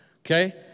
Okay